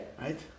right